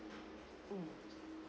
mm